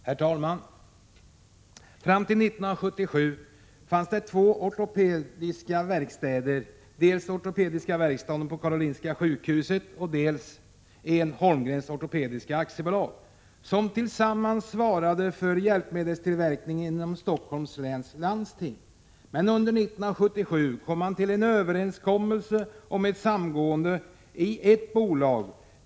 Herr talman! Fram till 1977 fanns det två ortopediska verkstäder, dels ortopediska verkstaden på Karolinska sjukhuset, dels Een-Holmgren Ortopediska AB, som tillsammans svarade för hjälpmedelstillverkning inom Stockholms läns landsting. Men under 1977 kom man till en överenskommelse om ett samgående i ett bolag.